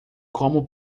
como